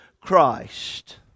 Christ